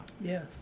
Yes